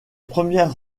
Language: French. premières